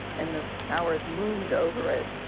and the towers loomed over it.